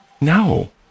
No